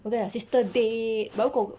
我跟你讲 sister day but 如果